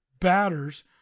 batters